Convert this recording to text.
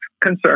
concern